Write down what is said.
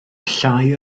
llai